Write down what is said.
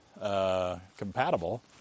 Compatible